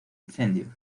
incendio